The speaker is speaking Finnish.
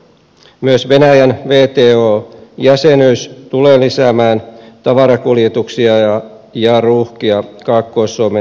myös venäjän wto jäsenyys tulee lisäämään tavarakuljetuksia ja ruuhkia kaakkois suomen raja asemilla